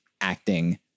acting